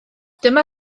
dyma